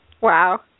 Wow